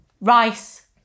rice